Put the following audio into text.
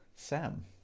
Sam